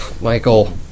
Michael